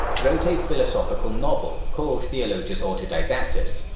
wrote a philosophical novel called theologus autodidactus.